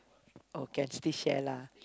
oh can still share lah